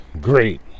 great